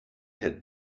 had